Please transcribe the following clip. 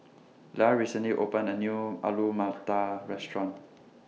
Lia recently opened A New Alu Matar Restaurant